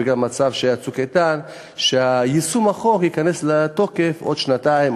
בגלל המצב כי היה "צוק איתן" שיישום החוק ייכנס לתוקף עוד שנתיים,